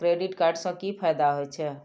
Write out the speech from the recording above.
Credit card से कि फायदा होय छे?